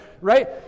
right